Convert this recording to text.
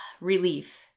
relief